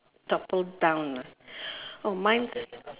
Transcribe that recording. topple down ah oh mine